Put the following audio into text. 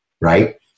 right